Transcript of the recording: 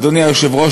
אדוני היושב-ראש,